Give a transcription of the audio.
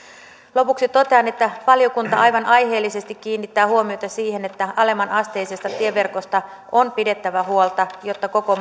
lopuksi totean että valiokunta aivan aiheellisesti kiinnittää huomiota siihen että alemmanasteisesta tieverkosta on pidettävä huolta jotta koko